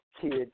kids